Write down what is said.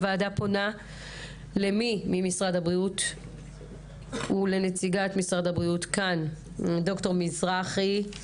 הוועדה פונה למי ממשרד הבריאות ולנציגת משרד הבריאות דר' מזרחי,